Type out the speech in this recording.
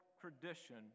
tradition